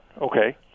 Okay